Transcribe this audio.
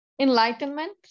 enlightenment